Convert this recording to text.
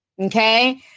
okay